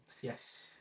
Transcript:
Yes